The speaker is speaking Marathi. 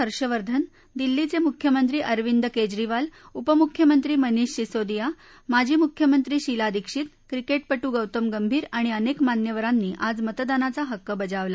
हर्षवर्धन दिल्लीचे मुख्यमंत्री अरविंद केजरीवाल उपमुख्यमंत्री मनिष सिसोदिया माजी मुख्यमंत्री शीला दीक्षित क्रिकेटपटू गौतम गंभीर आणि अनेक मान्यवरांनी आज मतदानाचा हक्क बजावला